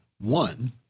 One